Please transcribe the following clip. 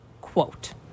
Quote